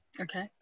Okay